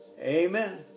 Amen